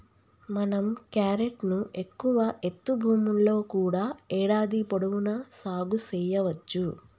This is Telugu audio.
మనం క్యారెట్ ను ఎక్కువ ఎత్తు భూముల్లో కూడా ఏడాది పొడవునా సాగు సెయ్యవచ్చు